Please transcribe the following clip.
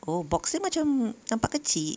oh box dia macam nampak kecil